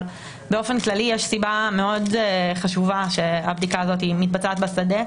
באופן כללי יש סיבה מאוד חשובה שהבדיקה הזאת מתבצעת בשדה..